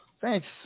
Thanks